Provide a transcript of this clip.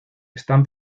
están